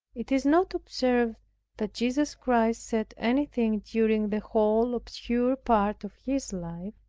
it is not observed that jesus christ said anything during the whole obscure part of his life,